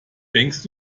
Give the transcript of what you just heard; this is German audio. denkst